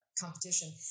competition